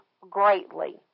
greatly